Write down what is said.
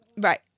Right